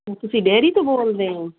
ਤੁਸੀਂ ਡੇਰੀ ਤੋਂ ਬੋਲਦੇ ਹੋ